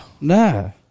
No